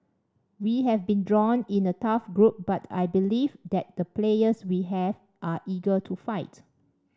we have been drawn in a tough group but I believe that the players we have are eager to fight